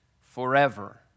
forever